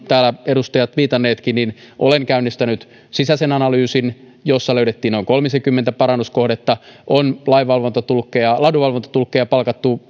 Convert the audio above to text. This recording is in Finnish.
täällä edustajat viitanneetkin olen käynnistänyt sisäisen analyysin jossa löydettiin kolmisenkymmentä parannuskohdetta on laadunvalvontatulkkeja laadunvalvontatulkkeja palkattu